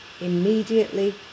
immediately